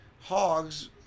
hogs